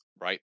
right